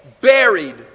buried